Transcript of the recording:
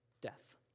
Death